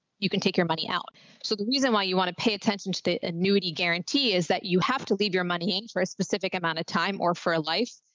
you can take your money out. so the reason why you want to pay attention to the annuity guarantee is that you have to leave your money and for a specific amount of time or for a life.